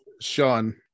sean